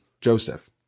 joseph